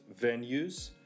venues